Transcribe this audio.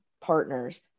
partners